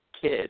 kid